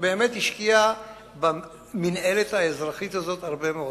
באמת השקיע במינהלת האזרחית הזאת הרבה מאוד.